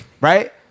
right